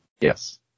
Yes